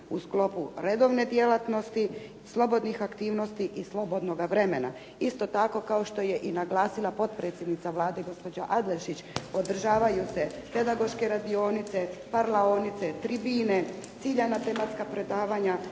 U sklopu redovne djelatnosti, slobodnih aktivnosti i slobodnoga vremena. Isto tako, kao što je i naglasila potpredsjednica Vlade, gospođa Adlešić, održavaju se pedagoške radionice, parlaonice, tribine, ciljana tematska predavanja,